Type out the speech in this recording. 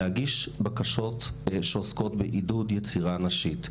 להגיש בקשות שעוסקות בעידוד יצירה נשית.